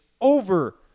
over